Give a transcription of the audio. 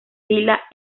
pila